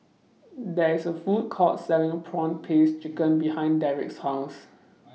There IS A Food Court Selling Prawn Paste Chicken behind Derrick's House